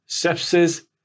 sepsis